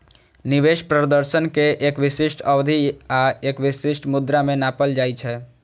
निवेश प्रदर्शन कें एक विशिष्ट अवधि आ एक विशिष्ट मुद्रा मे नापल जाइ छै